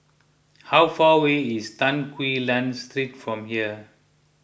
how far away is Tan Quee Lan Street from here